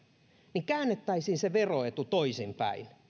niin käännettäisiin se veroetu toisinpäin